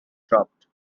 dropped